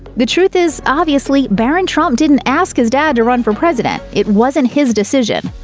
the truth is, obviously, barron trump didn't ask his dad to run for president. it wasn't his decision.